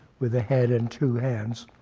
with a head and two hands.